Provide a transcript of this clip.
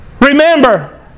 Remember